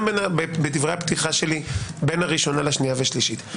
בדברי הפתיחה שלי בין הראשונה לשנייה והשלישית.